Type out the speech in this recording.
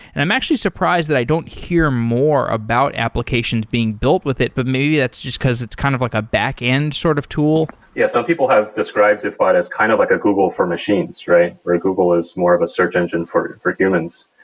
and i'm actually surprised that i don't hear more about applications being built with it, but maybe that's just because it's kind of like a backend sort of tool. yeah. some people have described diffbot as kind of like a google for machines, where google is more of a search engine for for humans.